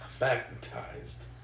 Magnetized